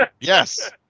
Yes